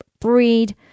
breed